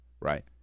right